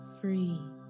free